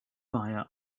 via